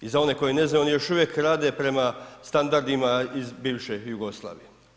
I za one koji ne znaju, oni još uvijek rade prema standardima iz bivše Jugoslavije.